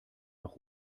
auch